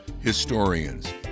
Historians